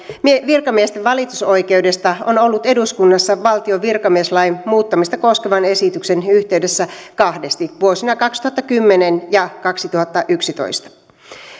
virkamiesten valitusoikeudesta on ollut eduskunnassa valtion virkamieslain muuttamista koskevan esityksen yhteydessä kahdesti vuosina kaksituhattakymmenen ja kaksituhattayksitoista